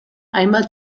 hainbat